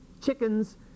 chickens